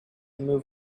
move